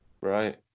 Right